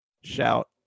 shout